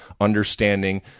understanding